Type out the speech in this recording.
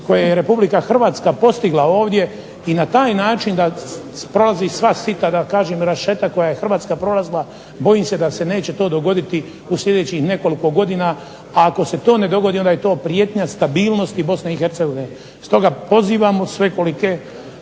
koje je RH postigla ovdje i na taj način da prolazi sva sita i rešeta koje je Hrvatska prolazila, bojim se da se neće to dogoditi u sljedećih nekoliko godina. A ako se to ne dogodi onda je to prijetnja stabilnosti BiH. Stoga pozivamo svekolike